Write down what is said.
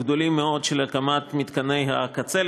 גדולים מאוד של הקמת מתקני הקצה,